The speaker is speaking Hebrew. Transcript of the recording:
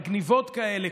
מגניבות כאלה,